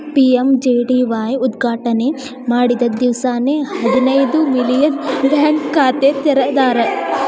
PMJDY ಉದ್ಘಾಟನೆ ಮಾಡಿದ್ದ ದಿವ್ಸಾನೆ ಹದಿನೈದು ಮಿಲಿಯನ್ ಬ್ಯಾಂಕ್ ಖಾತೆ ತೆರದಾರ್